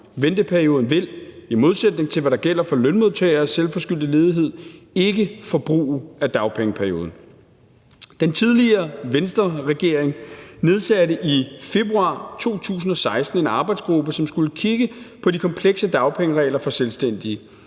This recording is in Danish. Venteperioden vil, i modsætning til hvad der gælder for lønmodtagere i selvforskyldt ledighed, ikke forbruge af dagpengeperioden. Den tidligere Venstreregering nedsatte i februar 2016 en arbejdsgruppe, som skulle kigge på de komplekse dagpengeregler for selvstændige.